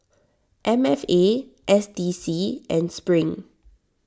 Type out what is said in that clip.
M F A S D C and Spring